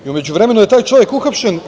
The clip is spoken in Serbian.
U međuvremenu je taj čovek uhapšen.